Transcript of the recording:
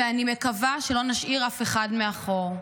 ואני מקווה שלא נשאיר אף אחד מאחור.